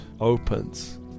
opens